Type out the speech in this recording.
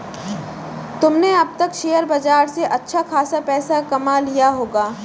तुमने अब तक शेयर बाजार से अच्छा खासा पैसा कमा लिया होगा